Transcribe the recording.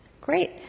great